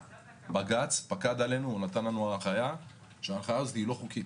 בג"ץ קבע שההנחיה הזו היא לא חוקית.